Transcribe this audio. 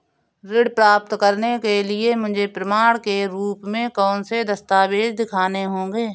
ऋण प्राप्त करने के लिए मुझे प्रमाण के रूप में कौन से दस्तावेज़ दिखाने होंगे?